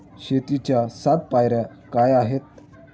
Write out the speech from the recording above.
शेतीच्या सात पायऱ्या काय आहेत?